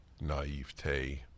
naivete